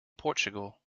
portugal